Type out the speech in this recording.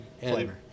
flavor